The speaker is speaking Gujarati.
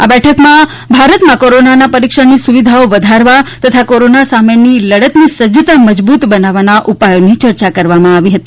આ બેઠકમાં ભારતમાં કોરોનાના પરિક્ષણની સુવિધાઓ વધારવા તથા કોરોના સામેની લડતની સજ્જતા મજબૂત બનાવવાના ઉપાયોની ચર્ચા કરવામાં આવી હતી